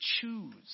choose